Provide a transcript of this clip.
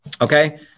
Okay